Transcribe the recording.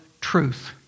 truth